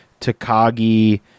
Takagi